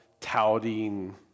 touting